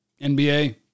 NBA